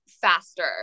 faster